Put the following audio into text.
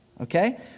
Okay